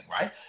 right